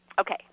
Okay